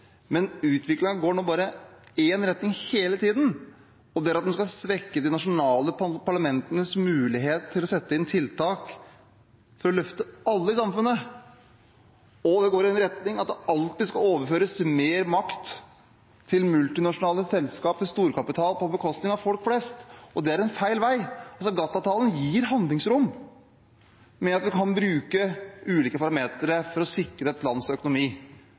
men utviklingen går nå i bare én retning, hele tiden, og det er at en skal svekke de nasjonale parlamentenes mulighet til å sette inn tiltak for å løfte alle i samfunnet, og at det alltid skal overføres mer makt til multinasjonale selskap, til storkapital, på bekostning av folk flest. Det er feil vei. GATT-avtalen gir handlingsrom ved at en kan bruke ulike parametere for å sikre et lands økonomi.